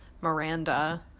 Miranda